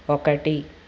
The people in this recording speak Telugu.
ఒకటి